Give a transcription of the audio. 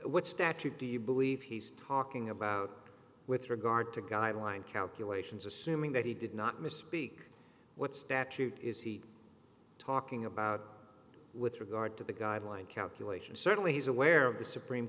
what statute do you believe he's talking about with regard to guideline calculations assuming that he did not misspeak what statute is he talking about with regard to the guideline calculation certainly he's aware of the supreme